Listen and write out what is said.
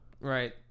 Right